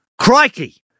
Crikey